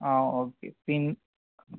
ആ ഓക്കെ